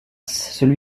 celui